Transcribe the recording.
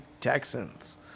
Texans